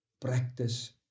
practice